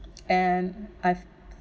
and I've